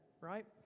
right